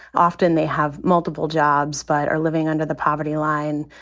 often they have multiple jobs, but are living under the poverty line,